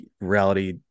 reality